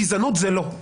גזענות זה לא.